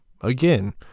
Again